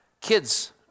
kids